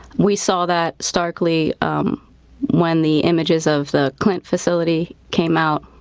we saw that starkly um when the images of the clint facility came out,